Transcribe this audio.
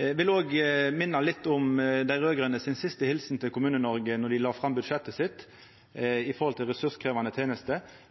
Eg vil òg minna litt om dei raud-grøne si siste helsing til Kommune-Noreg då dei la fram budsjettet sitt, med omsyn til ressurskrevjande tenester.